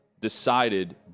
decided